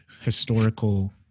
historical